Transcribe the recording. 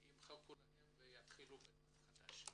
ויתחילו בדף חדש.